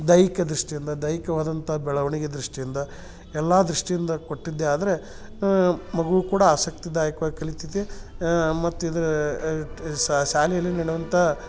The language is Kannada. ದೈಹಿಕ ದೃಷ್ಟಿಯಿಂದ ದೈಹಿಕವಾದಂಥ ಬೆಳವಣಿಗೆ ದೃಷ್ಟಿಯಿಂದ ಎಲ್ಲಾ ದೃಷ್ಟಿಯಿಂದ ಕೊಟ್ಟಿದ್ದೆ ಆದರೆ ಮಗು ಕೂಡ ಆಸಕ್ತಿದಾಯಕವಾಗಿ ಕಲಿತೈತಿ ಮತ್ತು ಇದು ಶಾಲೆಯಲ್ಲಿ ನಡೆಯುವಂತ